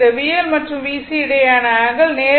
இந்த VL மற்றும் VC இடையேயான ஆங்கிள் நேரெதிர் ஆக இருக்கும்